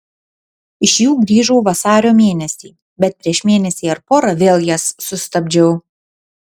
iš jų grįžau vasario mėnesį bet prieš mėnesį ar porą vėl jas sustabdžiau